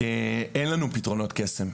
אין לנו פתרונות קסם.